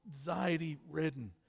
anxiety-ridden